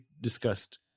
discussed